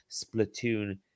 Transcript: Splatoon